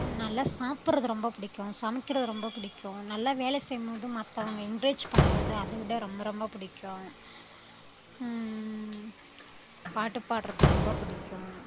நல்லா சாப்பிட்றது ரொம்ப பிடிக்கும் சமைக்கிறது ரொம்ப பிடிக்கும் நல்லா வேலை செய்யும் போது மற்றவங்க என்க்ரேஜ் பண்ணுறது அதை விட ரொம்ப ரொம்ப பிடிக்கும் பாட்டு பாடறது ரொம்ப பிடிக்கும்